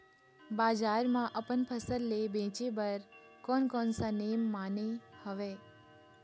बजार मा अपन फसल ले बेचे बार कोन कौन सा नेम माने हवे?